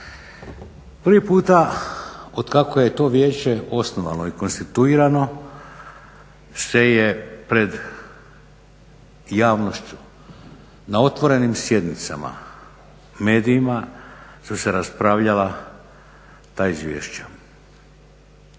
Prvi puta od kako je to vijeće osnovano i konstituirano se je pred javnošću na otvorenim sjednicama, medijima su se raspravljala ta izvješća.